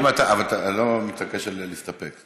אבל אתה לא מתעקש על להסתפק.